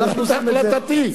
אבל זו לא החלטתו שלו.